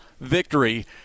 victory